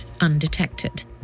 undetected